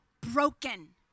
broken